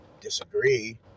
disagree